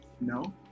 No